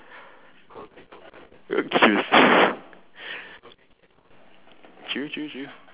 seriously true true true